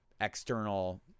external